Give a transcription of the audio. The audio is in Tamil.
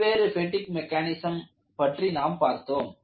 வெவ்வேறு பெடிக் மெக்கானிசம் பற்றி நாம் பார்த்தோம்